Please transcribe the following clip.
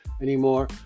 anymore